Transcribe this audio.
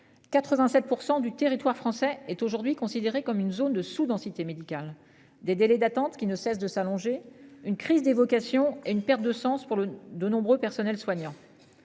87% du territoire français est aujourd'hui considérée comme une zone de sous-densité médicale des délais d'attente qui ne cesse de s'allonger une crise des vocations et une perte de sens pour le de nombreux personnels soignants.